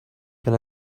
can